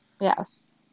Yes